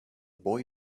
boy